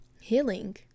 healing